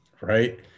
Right